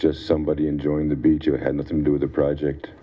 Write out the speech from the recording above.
just somebody enjoying the beach or had nothing to do with the project